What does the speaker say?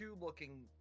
looking